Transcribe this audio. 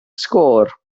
sgôr